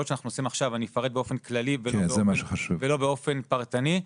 שאנחנו עושים עכשיו אני אפרט באופן כללי ולא באופן פרטני,